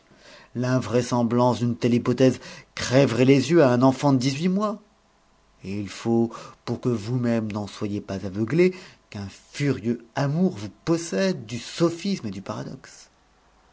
l'invraisemblance d'une telle hypothèse crèverait les yeux à un enfant de dix-huit mois et il faut pour que vous-même vous n'en soyez pas aveuglé qu'un furieux amour vous possède du sophisme et du paradoxe